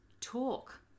talk